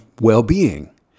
well-being